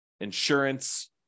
insurance